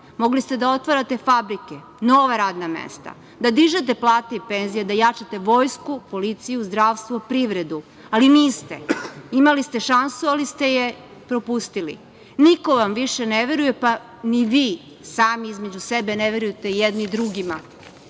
Mogli ste da otvarate fabrike, nova radna mesta, da dižete plate i penzije, da jačate vojsku, policiju, zdravstvo, privredu. Ali niste. Imali ste šansu ali ste je propustili. Niko vam više ne veruje, pa ni vi sami između sebe ne verujete jedni drugima. Zato